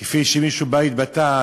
כפי שמישהו בה התבטא,